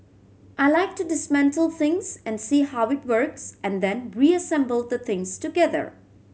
I like to dismantle things and see how it works and then reassemble the things together